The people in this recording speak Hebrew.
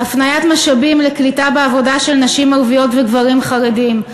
הפניית משאבים לקליטה בעבודה של נשים ערביות וגברים חרדים,